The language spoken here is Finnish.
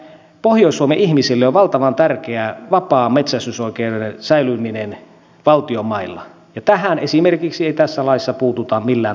ymmärrän että pohjois suomen ihmisille on valtavan tärkeää vapaan metsästysoikeuden säilyminen valtion mailla ja esimerkiksi tähän ei tässä laissa puututa millään tavalla